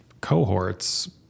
cohorts